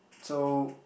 so